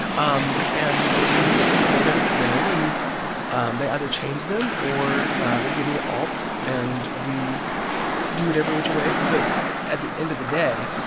um and we i go to them. and and they either change them, or ah they give me alts. and we do it every which way. but at the end of the day,